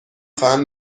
خواهم